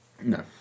No